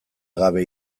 gabe